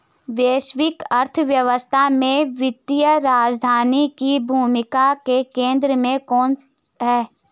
वैश्विक अर्थव्यवस्था में वित्तीय राजधानी की भूमिका के केंद्र में कौन है?